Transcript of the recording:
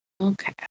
Okay